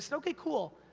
so okay, cool.